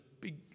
big